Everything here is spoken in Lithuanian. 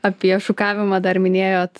apie šukavimą dar minėjot